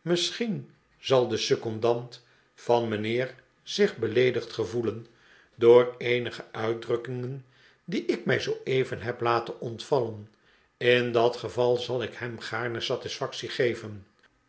misschien zal de secondant van mijnheer zich beleedigd gevoelen door eenige uitdrukkingen die ik mij zooeven heb laten ontvallen in dat geval zal ik hem gaarne satisfactie geven